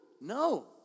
No